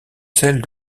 celle